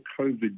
COVID